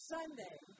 Sunday